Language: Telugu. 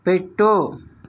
పెట్టు